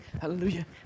hallelujah